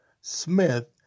Smith